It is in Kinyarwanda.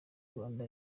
rwanda